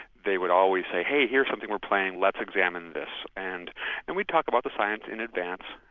they would always say, hey, here's something we're planning, let's examine this', and and we'd talk about the science in advance,